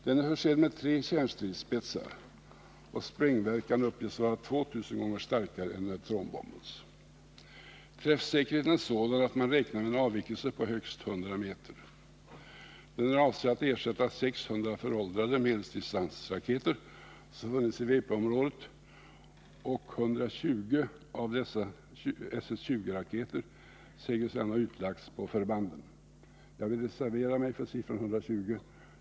Den är försedd med tre kärnstridsspetsar, och dess sprängverkan uppges vara 2 000 gånger starkare än neutronbombens. Träffsäkerheten är sådan att man räknar med en avvikelse på högst 100 meter. Den är avsedd att ersätta 600 föråldrade medeldistansraketer som funnits i WP-området, och 120 av dessa nya SS-20-raketer sägs redan ha utlagts på förband. Jag vill reservera mig beträffande siffran 120.